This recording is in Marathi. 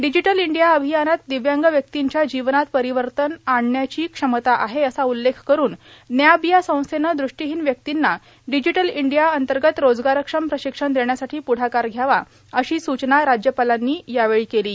डिजिटल ईांडया र्आभयानात दिव्यांग व्यक्तींच्या जीवनात र्पारवतन आणण्याची क्षमता आहे असा उल्लेख करून नॅब या संस्थेनं दृष्टिहांन व्यक्तींना डिजिटल ईंडया अंतगत रोजगारक्षम प्र्राशक्षण देण्यासाठी पुढाकार ध्यावा अशी सूचना राज्यपालांनी यावेळी केलो